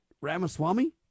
Ramaswamy